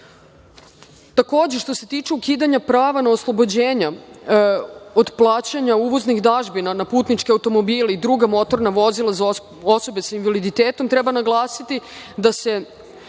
zakonom. Takođe, što se tiče ukidanja prava na oslobođenja od plaćanja uvoznih dažbina na putničke automobile i druga motorna vozila za osobe sa invaliditetom, treba naglasiti da se